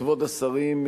כבוד השרים,